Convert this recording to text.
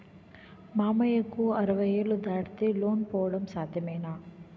మామయ్యకు అరవై ఏళ్లు దాటితే లోన్ పొందడం సాధ్యమేనా?